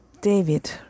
David